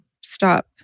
stop